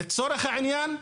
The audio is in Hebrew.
לצורך העניין,